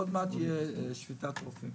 עוד מעט תהיה שביתת רופאים,